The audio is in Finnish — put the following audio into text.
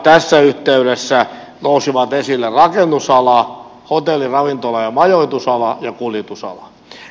tässä yhteydessä nousivat esille rakennusala hotelli ravintola ja majoitusala ja kuljetusala